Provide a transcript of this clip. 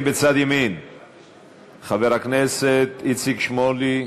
חבר הכנסת איציק שמולי,